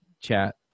chat